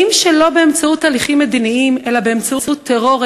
האם שלא באמצעות תהליכים מדיניים אלא באמצעות טרור,